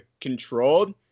controlled